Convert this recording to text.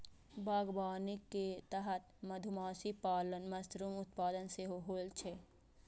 बागवानी के तहत मधुमाछी पालन, मशरूम उत्पादन सेहो होइ छै